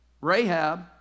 Rahab